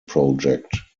project